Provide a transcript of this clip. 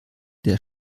der